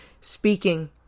speaking